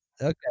okay